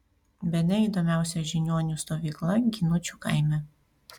bene įdomiausia žiniuonių stovykla ginučių kaime